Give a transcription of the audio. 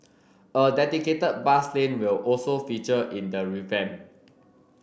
a dedicated bus lane will also feature in the revamp